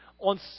On